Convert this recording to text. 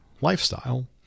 lifestyle